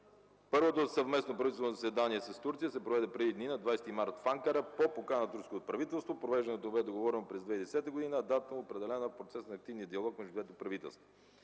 Първото съвместно правителствено заседание с Турция се проведе преди дни, на 20 март, в Анкара по покана на турското правителство. Провеждането бе договорено през 2010 г., а датата – определена в процеса на активния диалог между двете правителства.